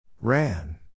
Ran